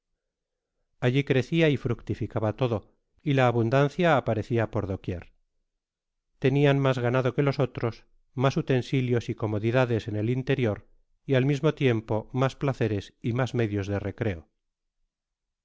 alli crecia y fructificaba todo y la abundancia aparecia por do quier tenian mas ganado que los otros mas utensilios y comodidades en el interior y al mismo tiempo mas placeres y mas medios de recreo